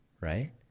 right